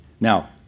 Now